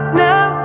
now